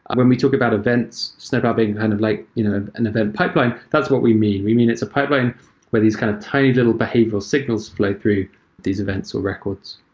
when we talk about events, snowplow being kind of like you know an event pipeline, that's what we mean. we mean it's a pipeline where these kind of tiny little behavioral signals flow through these events or records.